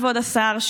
כבוד השר,